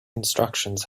instructions